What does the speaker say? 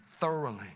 thoroughly